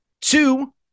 Two